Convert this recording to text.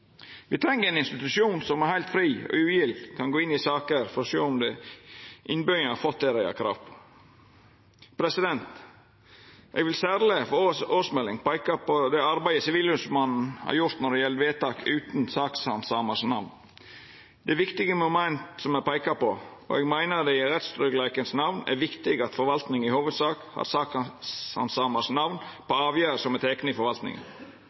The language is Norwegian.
treng ein institusjon som heilt fritt og ugildt kan gå inn i saker for å sjå om innbyggjarane har fått det dei har krav på. Eg vil i årsmeldinga særleg peika på det arbeidet Sivilombodsmannen har gjort når det gjeld vedtak utan namn på sakshandsamaren. Det er viktige moment å peika på, og eg meiner det i rettstryggleikens namn er viktig at forvaltninga i hovudsak har namnet til sakshandsamaren på avgjerder som er tekne i forvaltninga.